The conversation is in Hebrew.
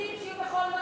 הפליטים שיהיו בכל מקום,